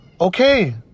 okay